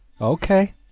okay